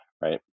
right